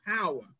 power